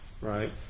right